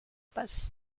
paz